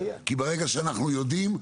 כי ברגע שאנחנו יודעים,